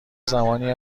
زمانی